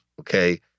okay